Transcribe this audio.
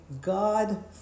God